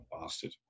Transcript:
bastard